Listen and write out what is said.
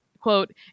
quote